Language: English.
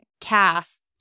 cast